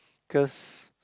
because